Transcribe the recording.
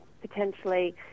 potentially